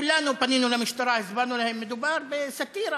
כולנו פנינו למשטרה, הסברנו להם: מדובר בסאטירה.